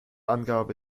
angabe